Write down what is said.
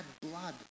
blood